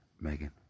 Megan